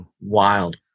Wild